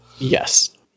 Yes